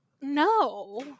No